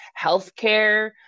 healthcare